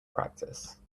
practice